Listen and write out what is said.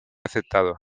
aceptado